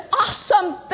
awesome